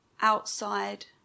Outside